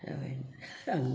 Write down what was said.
जाबाय आं